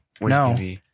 No